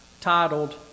titled